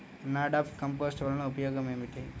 NADEP compost వలన ఉపయోగం ఏమిటి?